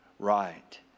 Right